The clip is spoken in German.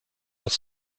was